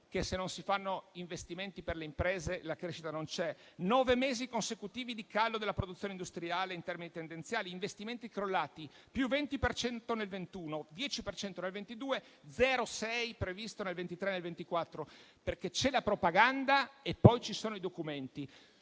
che, se non si fanno investimenti per le imprese, la crescita non c'è; nove mesi consecutivi di calo della produzione industriale in termini tendenziali; investimenti crollati, +20 per cento nel 2021, 10 per cento nel 2022, 0,6 previsto nel 2023 e nel 2024 perché c'è la propaganda e poi ci sono i documenti.